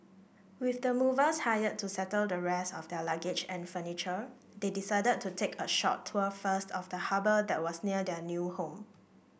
with the movers hired to settle the rest of their luggage and furniture they decided to take a short tour first of the harbour that was near their new home